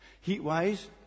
heat-wise